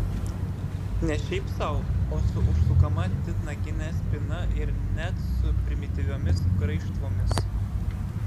ne šiaip sau o su užsukama titnagine spyna ir net su primityviomis graižtvomis